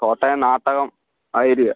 കോട്ടയം നാട്ടകം ആ ഏരിയ